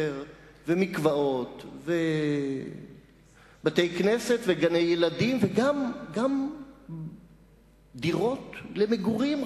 ומקוואות ובתי-כנסת וגני-ילדים וגם דירות למגורים,